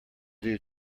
due